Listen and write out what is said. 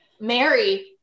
Mary